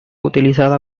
utilizada